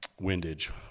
windage